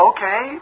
Okay